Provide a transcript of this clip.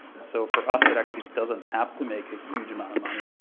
and so for us it actually doesn't have to make a huge amount of money.